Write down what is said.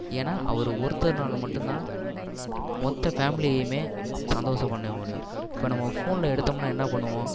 ஏன்னால் அவர் ஒருத்தர்னால் மட்டும்தான் மொத்த ஃபேமிலியுமே சந்தோஷம் பண்ண முடியும் இப்போ நம்ம ஃபோனில் எடுத்தோம்னால் என்ன பண்ணுவோம்